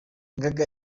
gaga